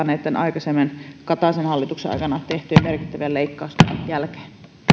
näitten aikaisempien kataisen hallituksen aikana tehtyjen merkittävien leikkausten jälkeen